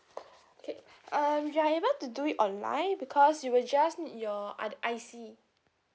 K um you are able to do it online because we will just need your I_C